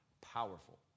powerful